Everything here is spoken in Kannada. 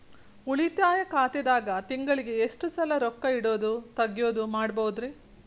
ಉಳಿತಾಯ ಖಾತೆದಾಗ ತಿಂಗಳಿಗೆ ಎಷ್ಟ ಸಲ ರೊಕ್ಕ ಇಡೋದು, ತಗ್ಯೊದು ಮಾಡಬಹುದ್ರಿ?